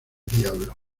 diablo